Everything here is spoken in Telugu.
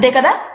అంతే కదా